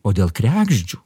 o dėl kregždžių